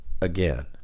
again